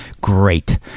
Great